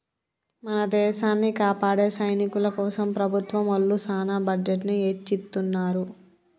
మన దేసాన్ని కాపాడే సైనికుల కోసం ప్రభుత్వం ఒళ్ళు సాన బడ్జెట్ ని ఎచ్చిత్తున్నారు